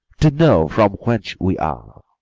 to know from whence we are.